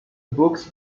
books